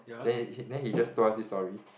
then he then he just told us this story